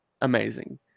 amazing